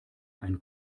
ein